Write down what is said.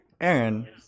Aaron